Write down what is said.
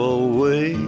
away